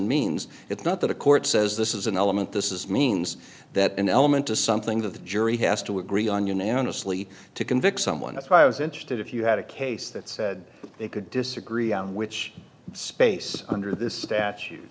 means it's not that a court says this is an element this is means that an element to something that the jury has to agree on unanimously to convict someone if i was interested if you had a case that said they could disagree on which space under this statu